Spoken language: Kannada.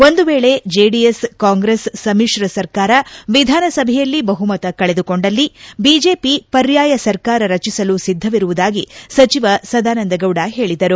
ಒಂದು ವೇಳೆ ಜೆಡಿಎಸ್ ಕಾಂಗ್ರೆಸ್ ಸಮಿತ್ರ ಸರ್ಕಾರ ವಿಧಾನ ಸಭೆಯಲ್ಲಿ ಬಹುಮತ ಕಳೆದುಕೊಂಡಲ್ಲಿ ಬಿಜೆಪಿ ಪರ್ಯಾಯ ಸರ್ಕಾರ ರಚಿಸಲು ಸಿದ್ದವಿರುವುದಾಗಿ ಸಚಿವ ಸದಾನಂದ ಗೌಡ ಹೇಳಿದರು